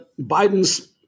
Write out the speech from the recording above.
Biden's